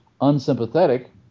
unsympathetic